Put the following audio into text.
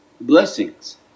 blessings